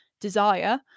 desire